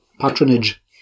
patronage